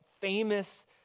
famous